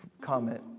comment